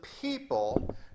people